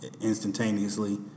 instantaneously